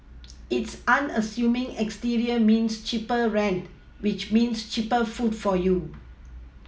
its unassuming exterior means cheaper rent which means cheaper food for you